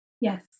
yes